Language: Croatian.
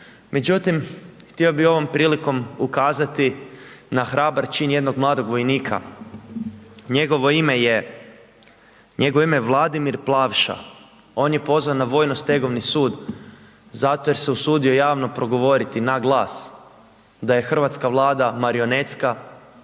Međutim, htio bih ovom prilikom ukazati na hrabar čin jednog mladog vojnika. Njegovo ime je, njegovo ime je Vladimir Plavša on je pozvan na Vojno-stegovni sud zato jer se usudio javno progovoriti na glas da je Hrvatska vlada marionetska,